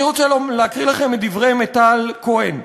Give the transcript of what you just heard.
אני רוצה להקריא לכם מדברי מיטל כהן,